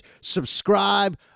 subscribe